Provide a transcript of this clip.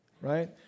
right